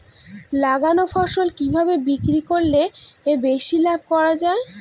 লাগানো ফসল কিভাবে বিক্রি করলে বেশি লাভ করা যায়?